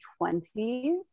20s